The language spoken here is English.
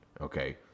okay